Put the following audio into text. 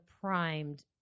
primed